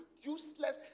useless